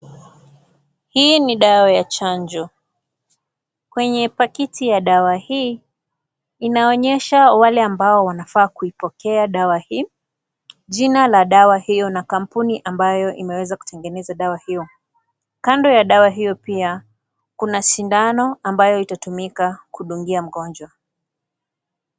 Hii ni dawa ya chanjo, kwenye pakiti ya dawa hii inaonyesha wale ambao wanafaa kuipokea dawa hii, jina la dawa hio na kampuni ambayo imeweza kutengeneza dawa hio, kando ya dawa hio pia kuna shindano ambayo itatumika kudungia mgonjwa.